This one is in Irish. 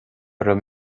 raibh